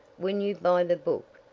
when you buy the book,